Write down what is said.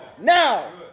now